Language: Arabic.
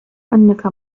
أنك